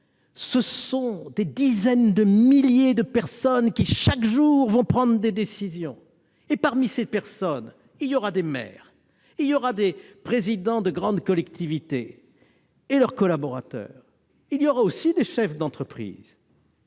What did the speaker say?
Ce sont des dizaines de milliers de personnes, qui, chaque jour, vont prendre des décisions. Parmi elles, il y aura des maires, des présidents de grandes collectivités et leurs collaborateurs ; il y aura aussi des chefs d'entreprise.